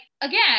again